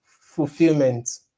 fulfillment